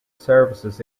services